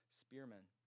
spearmen